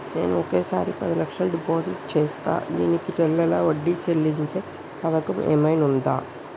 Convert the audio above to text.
నేను ఒకేసారి పది లక్షలు డిపాజిట్ చేస్తా దీనికి నెల నెల వడ్డీ చెల్లించే పథకం ఏమైనుందా?